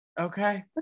Okay